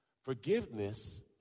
forgiveness